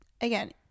again